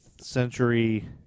century